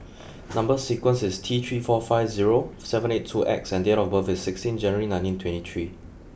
number sequence is T three four five zero seven eight two X and date of birth is sixteen January nineteen twenty three